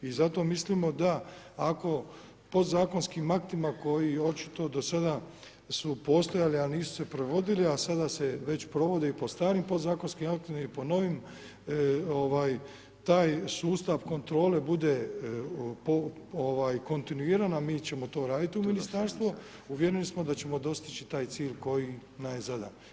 I zato mislimo da podzakonskim aktima koji očito do sada su postojali a nisu se provodili a sada se već provode i po starim podzakonskim aktima i pod novim, taj sustav kontrole bude kontinuiran a mi ćemo to raditi u ministarstvu uvjereni smo da ćemo dostići taj cilj koji nam je zadan.